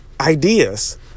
ideas